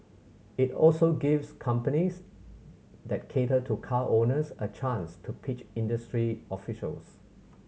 it also gives companies that cater to car owners a chance to pitch industry officials